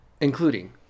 Including